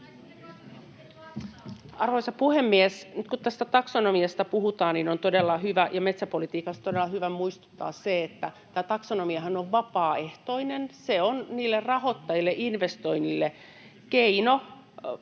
Arvoisa puhemies! Nyt kun tästä taksonomiasta puhutaan, niin on metsäpolitiikassa todella hyvä muistuttaa, että tämä taksonomiahan on vapaaehtoinen. Se on niille rahoittajille, investoijille keino...